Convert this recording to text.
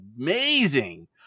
amazing